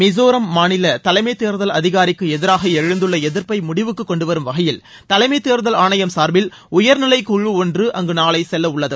மிசோராம் மாநில தலைமை தேர்தல் அதிகாரிக்கு எதிராக எழுந்துள்ள எதிர்ப்பை முடிவுக்கு கொண்டு வரும் வகையில் தலைமை தேர்தல் ஆணையம் சா்பில் உயர்நிலைக்குழு ஒன்று அங்கு நாளை செல்லவுள்ளது